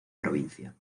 provincia